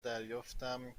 دریافتم